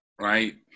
Right